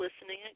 listening